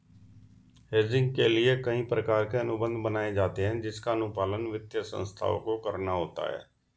hedging के लिए कई प्रकार के अनुबंध बनाए जाते हैं जिसका अनुपालन वित्तीय संस्थाओं को करना होता है